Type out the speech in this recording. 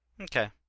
Okay